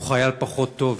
הוא חייל פחות טוב,